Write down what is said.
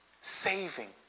saving